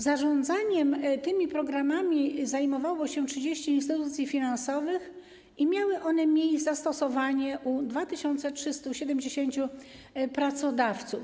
Zarządzaniem tymi programami zajmowało się 30 instytucji finansowych i miały one zastosowanie u 2370 pracodawców.